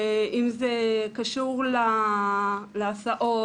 אם זה קשור להסעות,